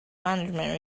management